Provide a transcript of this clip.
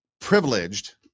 privileged